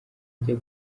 ajya